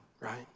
right